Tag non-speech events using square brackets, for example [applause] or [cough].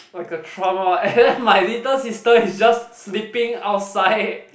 like a trauma and [laughs] and my little sister is just sleeping outside